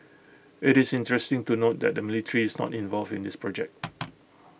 IT is interesting to note that the military is not involved in this project